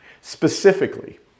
Specifically